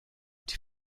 die